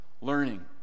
learning